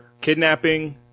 kidnapping